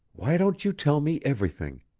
why don't you tell me everything?